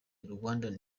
rwandan